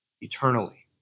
eternally